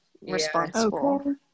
responsible